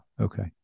Okay